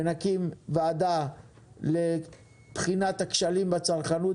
ונקים ועדה לבחינת הכשלים בצרכנות,